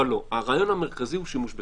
אבל לא, הרעיון המרכזי הוא שימוש בכוח.